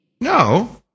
No